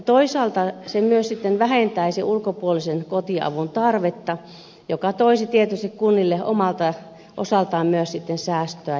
toisaalta se sitten myös vähentäisi ulkopuolisen kotiavun tarvetta mikä toisi tietysti kunnille omalta osaltaan myös sitten säästöä